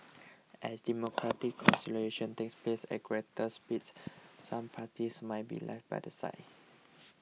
as democratic consolidation takes place at greater speed some parties might be left by the side